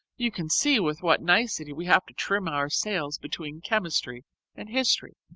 you can see with what nicety we have to trim our sails between chemistry and history.